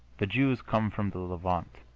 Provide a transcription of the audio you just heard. the jews come from the levant,